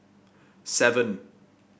seven